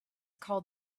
called